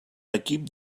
equip